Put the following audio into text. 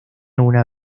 una